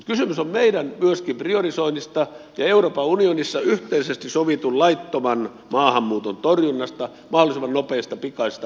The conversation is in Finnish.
mutta kysymys on myöskin meidän priorisoinnista ja euroopan unionissa yhteisesti sovitun laittoman maahanmuuton torjunnasta mahdollisimman nopeista pikaisista palautuksista